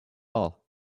all